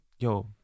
Yo